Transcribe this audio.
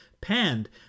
panned